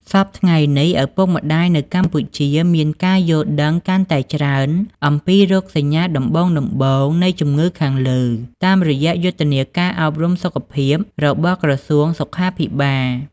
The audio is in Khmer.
សព្វថ្ងៃនេះ ឪពុកម្ដាយនៅកម្ពុជាមានការយល់ដឹងកាន់តែច្រើនអំពីរោគសញ្ញាដំបូងៗនៃជម្ងឹខាងលើ តាមរយៈយុទ្ធនាការអប់រំសុខភាពរបស់ក្រសួងសុខាភិបាល។